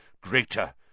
greater